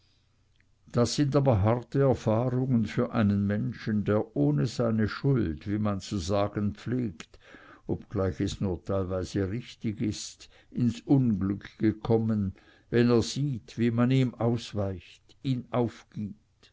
das sind aber harte erfahrungen für einen menschen der ohne seine schuld wie man zu sagen pflegt obgleich es nur teilweise richtig ist ins unglück gekommen wenn er sieht wie man ihm ausweicht ihn aufgibt